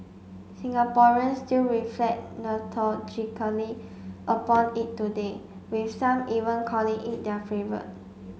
Singaporeans still reflect upon it today with some even calling it their favourite